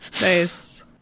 Nice